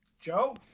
Joe